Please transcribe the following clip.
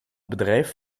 bedrijf